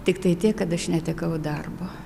tiktai tiek kad aš netekau darbo